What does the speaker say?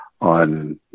on